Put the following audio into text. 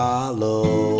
Follow